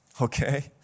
Okay